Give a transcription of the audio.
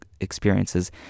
experiences